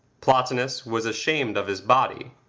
plotinus was ashamed of his body.